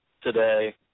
today